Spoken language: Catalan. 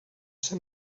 ser